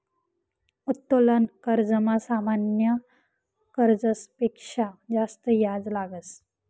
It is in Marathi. उत्तोलन कर्जमा सामान्य कर्जस पेक्शा जास्त याज लागस